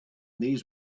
these